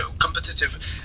competitive